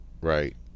right